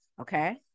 Okay